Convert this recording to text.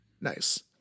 nice